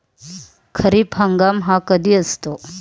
खरीप हंगाम हा कधी असतो?